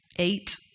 eight